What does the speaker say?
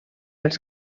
els